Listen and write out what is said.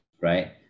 right